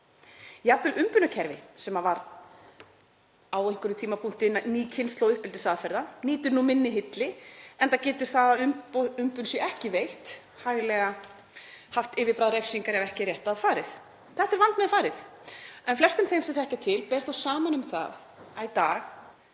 Jafnvel umbunarkerfi sem var á einhverjum tímapunkti ný kynslóð uppeldisaðferða nýtur nú minni hylli enda getur það að umbun sé ekki veitt hæglega haft yfirbragð refsingar ef ekki er rétt að farið. Þetta er vandmeðfarið en flestum þeim sem þekkja til ber þó saman um það að í dag